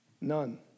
None